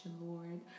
Lord